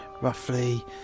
Roughly